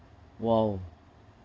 !wow!